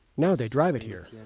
now they drive it here